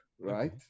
right